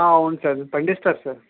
ఆ అవును సార్ పండిస్తారు సార్